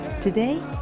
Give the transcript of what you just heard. Today